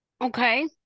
Okay